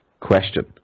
question